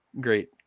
great